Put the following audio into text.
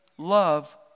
Love